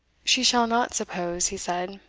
she shall not suppose, he said,